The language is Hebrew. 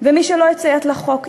ומי שלא יציית לחוק,